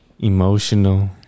Emotional